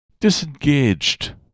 Disengaged